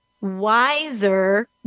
wiser